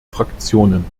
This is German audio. fraktionen